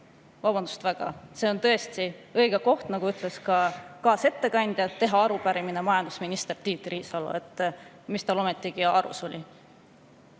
Vabandust väga, see on tõesti õige koht, nagu ütles ka kaasettekandja, teha arupärimine majandusminister Tiit Riisalole. Mis tal ometigi arus oli? Ma